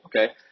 Okay